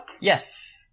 yes